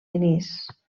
denis